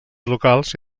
locals